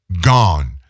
gone